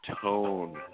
tone